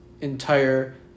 entire